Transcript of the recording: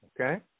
Okay